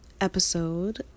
episode